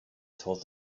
told